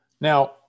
Now